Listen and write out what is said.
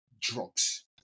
drugs